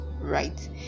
right